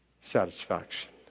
satisfaction